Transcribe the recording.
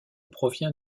provient